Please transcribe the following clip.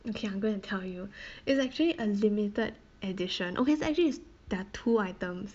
okay I'm going to tell you it's actually a limited edition okay it's actually it's there are two items